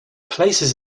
places